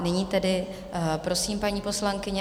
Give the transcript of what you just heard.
Nyní tedy prosím, paní poslankyně.